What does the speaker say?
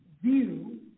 view